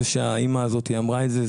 זה שהאמא הזאת אמרה את זה,